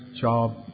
job